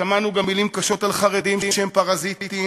ושמענו גם מילים קשות על חרדים שהם פרזיטים,